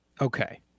Okay